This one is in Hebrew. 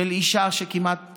של אישה שכמעט